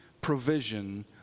provision